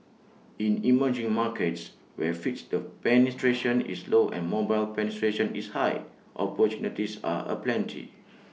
in emerging markets where fixed the penetration is low and mobile penetration is high opportunities are aplenty